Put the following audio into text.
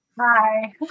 Hi